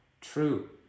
true